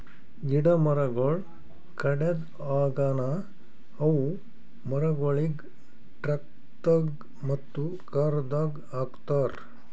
ಗಿಡ ಮರಗೊಳ್ ಕಡೆದ್ ಆಗನ ಅವು ಮರಗೊಳಿಗ್ ಟ್ರಕ್ದಾಗ್ ಮತ್ತ ಕಾರದಾಗ್ ಹಾಕತಾರ್